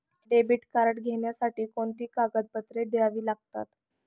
Debit card घेण्यासाठी कोणती कागदपत्रे द्यावी लागतात?